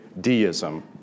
deism